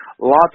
lots